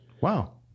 Wow